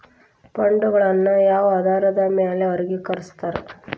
ಫಂಡ್ಗಳನ್ನ ಯಾವ ಆಧಾರದ ಮ್ಯಾಲೆ ವರ್ಗಿಕರಸ್ತಾರ